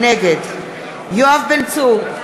נגד יואב בן צור,